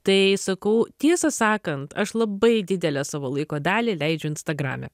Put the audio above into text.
tai sakau tiesą sakant aš labai didelę savo laiko dalį leidžiu instagrame